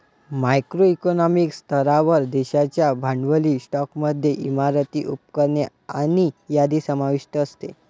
macro economic स्तरावर, देशाच्या भांडवली स्टॉकमध्ये इमारती, उपकरणे आणि यादी समाविष्ट असते